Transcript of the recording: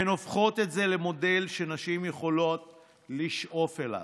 הן הופכות את זה למודל שנשים יכולות לשאוף אליו.